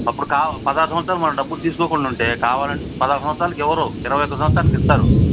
అప్పుడు కావ్ పదహారు సంవత్సరాలు మనం డబ్బులు తీసుకోకుండుంటే కావాలం పదహారు సంవత్సరాలకివ్వరు ఇరవై ఒకటవ సంవత్సరానికిస్తారు